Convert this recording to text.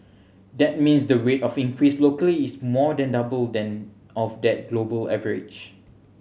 that means the rate of increase locally is more than double than of the global average